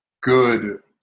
good